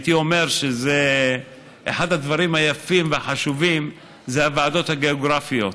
הייתי אומר שאחד הדברים היפים והחשובים זה הוועדות הגיאוגרפיות.